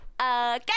okay